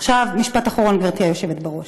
עכשיו משפט אחרון, גברתי היושבת בראש.